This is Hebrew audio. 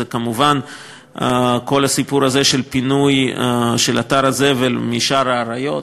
כמובן כל הסיפור הזה של פינוי אתר הזבל משער האריות,